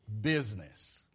business